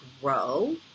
grow